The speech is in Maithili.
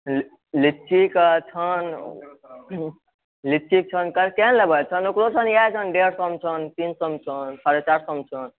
लीचीके अखन लीचीसॅं केहन लेबै हुनको इएह छनि डेढ़ सएमे छै तीन सए मे छै साढ़े चारि सए मे छै